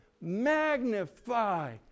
magnify